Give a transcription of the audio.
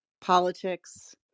politics